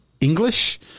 English